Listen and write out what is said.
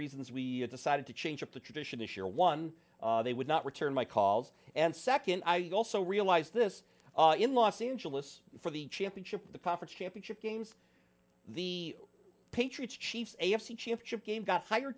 reasons we decided to change up the tradition this year one they would not return my calls and second i also realized this in los angeles for the championship the profits championship games the patriots chiefs a f c championship game got higher